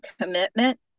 commitment